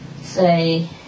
say